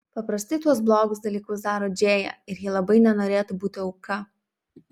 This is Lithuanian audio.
paprastai tuos blogus dalykus daro džėja ir ji labai nenorėtų būti auka